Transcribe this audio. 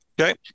Okay